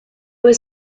was